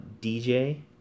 DJ